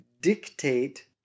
dictate